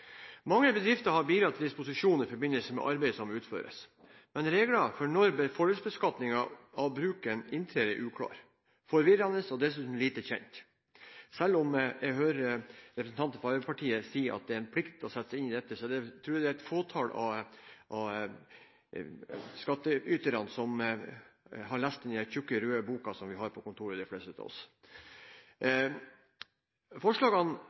Mange bedrifter har biler til disposisjon i forbindelse med arbeid som utføres, men regler for når fordelsbeskatningen av bruken inntrer er uklare, forvirrende og dessuten lite kjent. Selv om jeg hører representanten fra Arbeiderpartiet si at det er en plikt å sette seg inn i dette, tror jeg det er et fåtall av skattyterne som har lest den tjukke, røde boka de fleste av oss har på kontoret. Forslagene